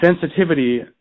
sensitivity